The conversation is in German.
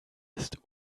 ist